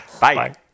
Bye